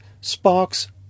sparks